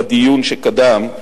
בדיון שקדם,